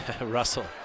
Russell